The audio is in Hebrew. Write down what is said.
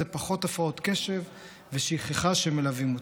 זה פחות הפרעות קשב ושכחה שמלוות אותי.